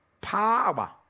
power